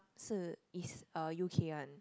是 it's uh U_K one